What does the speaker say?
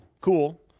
Cool